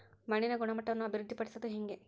ಮಣ್ಣಿನ ಗುಣಮಟ್ಟವನ್ನು ಅಭಿವೃದ್ಧಿ ಪಡಿಸದು ಹೆಂಗೆ?